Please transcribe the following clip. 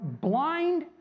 blind